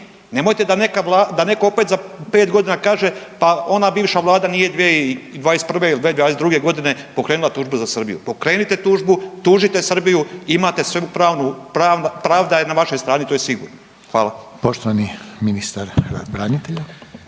Nemojte da netko opet za 5 godina kaže pa ona bivša Vlada nije 2021. ili 2022. godine pokrenula tužbu za Srbiju. Pokrenite tužbu. Tužite Srbiju i imate sve pravda je na vašoj strani to je sigurno. Hvala.